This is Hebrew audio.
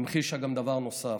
המחישה גם דבר נוסף: